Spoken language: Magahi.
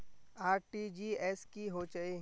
आर.टी.जी.एस की होचए?